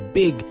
big